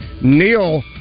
Neil